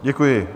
Děkuji.